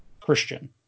Christian